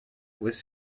was